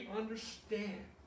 understand